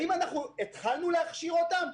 האם התחלנו להכשיר אותם?